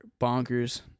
bonkers